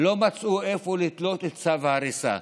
הם לא מצאו איפה לתלות את צו ההריסה.